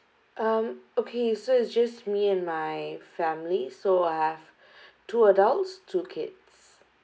um okay so it's just me and my family so I have two adults two kids